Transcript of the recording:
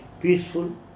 peaceful